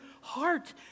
heart